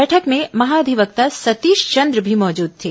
बैठक में महाधिवक्ता सतीश चंद्र भी मौजूद थे